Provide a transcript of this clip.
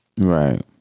Right